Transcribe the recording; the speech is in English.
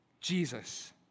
Jesus